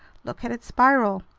look at its spiral!